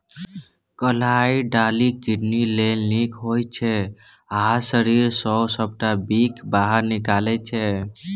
कलाइ दालि किडनी लेल नीक होइ छै आ शरीर सँ सबटा बिख बाहर निकालै छै